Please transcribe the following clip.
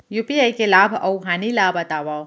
UPI के लाभ अऊ हानि ला बतावव